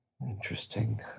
Interesting